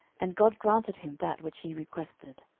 and god granted him that which he requested.